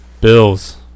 Bills